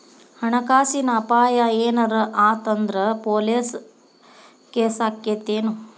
ಹಣ ಕಾಸಿನ್ ಅಪಾಯಾ ಏನರ ಆತ್ ಅಂದ್ರ ಪೊಲೇಸ್ ಕೇಸಾಕ್ಕೇತೆನು?